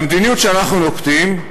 והמדיניות שאנחנו נוקטים,